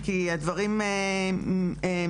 כי הדברים משתנים.